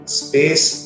space